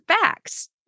facts